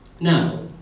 Now